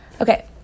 Okay